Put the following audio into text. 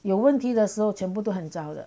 有问题的时候全部都很遭的